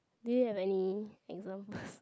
do you have any examples